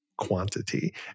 quantity